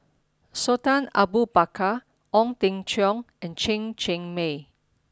Sultan Abu Bakar Ong Teng Cheong and Chen Cheng Mei